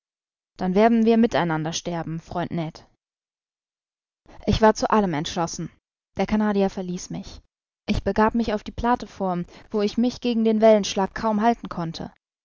dann werden wir mit einander sterben freund ned ich war zu allem entschlossen der canadier verließ mich ich begab mich auf die plateform wo ich mich gegen den wellenschlag kaum halten konnte